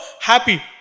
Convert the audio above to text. happy